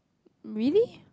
really